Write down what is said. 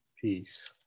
peace